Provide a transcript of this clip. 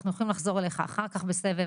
אנחנו יכולים לחזור אלייך אחר כך בסבב,